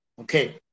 Okay